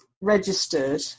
registered